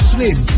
Slim